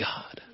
God